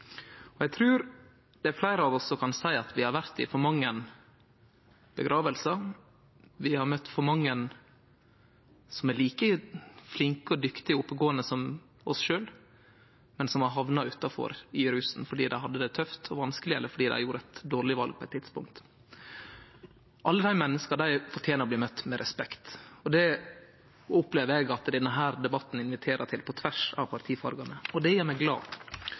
bordet. Eg trur det er fleire av oss som kan seie at vi har vore i for mange gravferder, og at vi har møtt for mange som er like flinke, dyktige og oppegåande som oss sjølve, men som har hamna utanfor, i rusen, fordi dei hadde det tøft og vanskeleg, eller fordi dei gjorde eit dårleg val på eit tidspunkt. Alle dei menneska fortener å bli møtt med respekt. Det opplever eg òg at denne debatten inviterer til, på tvers av partifargane. Det gjer meg glad.